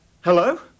Hello